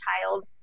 child